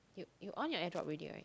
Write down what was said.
you you on your airdrop already right